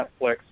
Netflix